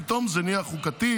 פתאום זה נהיה חוקתי,